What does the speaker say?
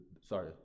sorry